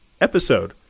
episode